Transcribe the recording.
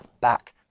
back